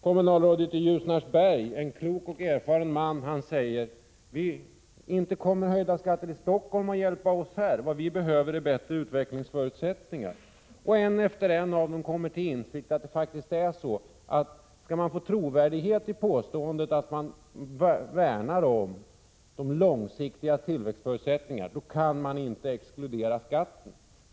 Kommunalrådet i Ljusnarsberg — en klok och erfaren man — säger: Inte kommer höjda skatter i Stockholm att hjälpa oss här. Vad vi behöver är bättre utvecklingsförutsättningar. En efter en kommer till insikt om att det faktiskt är så, att skall man få trovärdighet i påståendet att man värnar om de långsiktiga tillväxtförutsättningarna, kan man inte exkludera skatten.